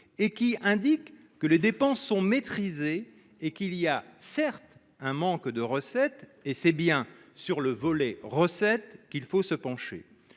et qui indique que les dépenses sont maîtrisés et qu'il y a certes un manque de recettes et c'est bien sur le volet recettes qu'il faut se pencher.